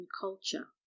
culture